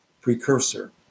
precursor